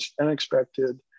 unexpected